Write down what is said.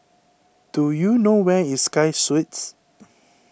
do you know where is Sky Suites